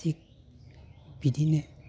थिक बिदिनो